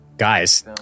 guys